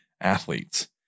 athletes